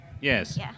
Yes